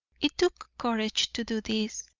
it took courage to do this,